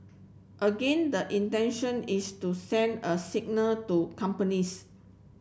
again the intention is to send a signal to companies